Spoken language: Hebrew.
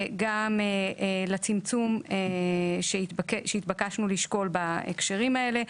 וגם לצמצום שהתבקשנו לשקול בהקשרים האלה,